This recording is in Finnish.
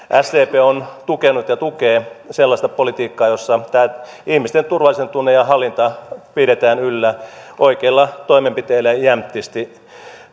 sdp on tukenut ja tukee sellaista politiikkaa jossa tämä ihmisten turvallisuuden tunne ja hallinta pidetään yllä oikeilla toimenpiteillä ja jämptisti